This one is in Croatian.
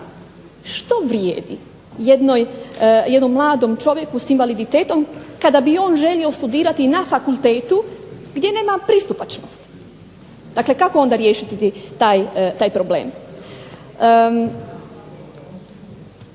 što vrijedi jednom mladom čovjeku s invaliditetu kada bi on želio studirati na fakultetu gdje nema pristupačnost? Dakle, kako onda riješiti taj problem?